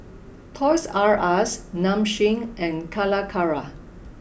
Toys R Us Nong Shim and Calacara